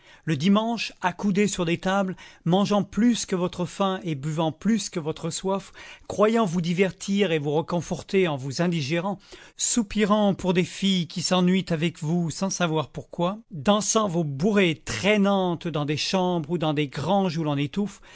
le dimanche accoudés sur des tables mangeant plus que votre faim et buvant plus que votre soif croyant vous divertir et vous réconforter en vous indigérant soupirant pour des filles qui s'ennuient avec vous sans savoir pourquoi dansant vos bourrées traînantes dans des chambres ou dans des granges où l'on étouffe